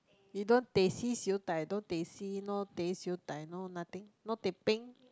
you don't teh C siew dai no teh C no teh siew dai no nothing no teh peng